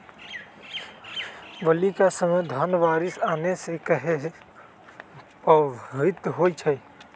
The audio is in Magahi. बली क समय धन बारिस आने से कहे पभवित होई छई?